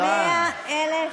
תודה.